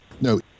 No